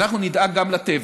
אנחנו נדאג גם לטבע.